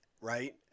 Right